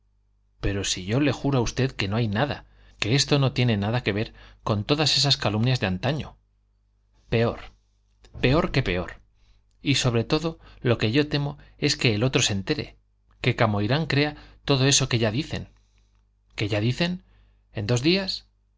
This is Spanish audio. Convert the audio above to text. pero si yo le juro a usted que no hay nada que esto no tiene nada que ver con todas esas otras calumnias de antaño peor peor que peor y sobre todo lo que yo temo es que el otro se entere que camoirán crea todo eso que ya dicen que ya dicen en dos días